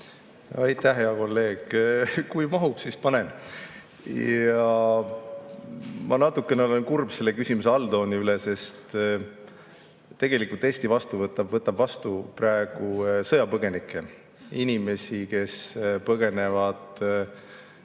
Aitäh, hea kolleeg! Kui mahub, siis panen. Ma olen natukene kurb selle küsimuse alltooni üle, sest tegelikult Eesti võtab vastu praegu sõjapõgenikke, inimesi, kes põgenevad riigist,